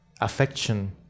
affection